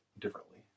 differently